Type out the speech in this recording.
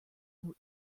who